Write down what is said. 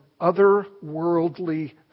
otherworldly